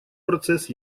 процесс